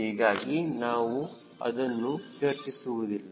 ಹೀಗಾಗಿ ನಾವು ಅದನ್ನು ಚರ್ಚಿಸುವುದಿಲ್ಲ